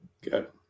Good